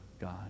God